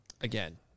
again